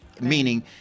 meaning